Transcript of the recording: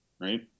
right